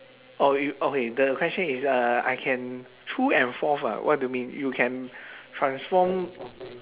oh you okay the question is uh I can true and false ah what do you mean you can transform